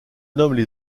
nomment